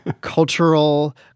cultural